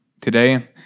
today